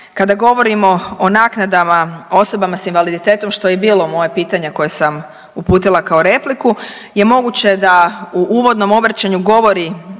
kada govorimo o naknadama osobama s invaliditetom, što je i bilo moje pitanje koje sam uputila kao repliku, je moguće da u uvodnom obraćanju govori